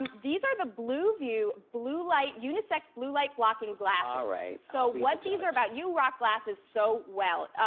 these are the blue view blue light unisex blue light blocking glasses. all right. so what these are about, you rock glasses so well.